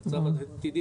המצב העתידי,